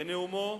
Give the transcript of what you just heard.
בנאומו